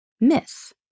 miss